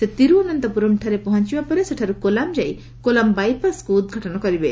ସେ ତିରୁଅନନ୍ତପୁମ୍ ଠାରେ ପହଞ୍ଚିବା ପରେ ସେଠାରୁ କୋଲାମ୍ ଯାଇ କୋଲାମ୍ ବାଇପାସ୍କୁ ଉଦ୍ଘାଟନ କରିବେ